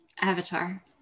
Avatar